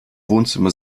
wohnzimmer